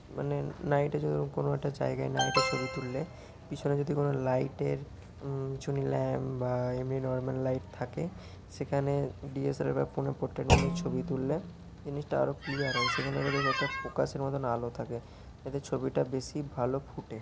মানে নাইটে যদি কোনো একটা জায়গায় নাইটে ছবি তুললে পিছনে যদি কোনো লাইটের টুনি ল্যাম্প বা এমনি নরমাল লাইট থাকে সেখানে ডিএসএলআর বা ফোনে পোর্ট্রেট মোডে ছবি তুললে জিনিসটা আরও ক্লিয়ার হয় সেখানের বেশ একটা ফোকাসের মতোন আলো থাকে যাতে ছবিটা বেশি ভালো ফোটে